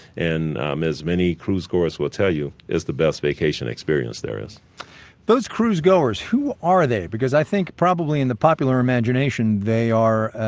and um as many cruisegoers will tell you, it is the best vacation experience there is those cruisegoers, who are they? because i think probably in the popular imagination, they are